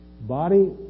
body